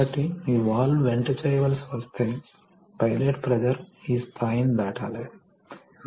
కాబట్టి ఏమి జరుగుతుందంటే ఇక్కడ రిజర్వాయర్ నుండి ద్రవం పీల్చుకుంటుంది మరియు ఇక్కడ ద్రవం అవుట్లెట్లోకి పంపబడుతోంది